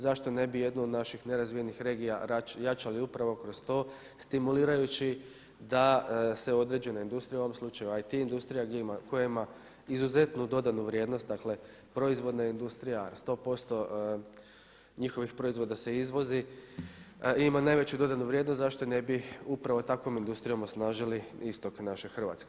Zašto ne bi jednu od naših nerazvijenih regija jačali upravo kroz to stimulirajući da se određene industrije u ovom slučaju IT industrija koja ima izuzetnu dodanu vrijednost, dakle proizvodna industrija 100% njihovih proizvoda se izvozi i ima najveću dodanu vrijednost, zašto ne bi upravo takvom industrijom osnažili istok naše Hrvatske.